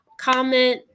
Comment